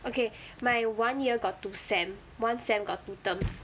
okay my one year got two sem one sem got two terms